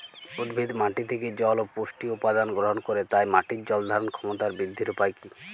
উদ্ভিদ মাটি থেকে জল ও পুষ্টি উপাদান গ্রহণ করে তাই মাটির জল ধারণ ক্ষমতার বৃদ্ধির উপায় কী?